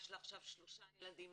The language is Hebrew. יש לה עכשיו שלושה ילדים,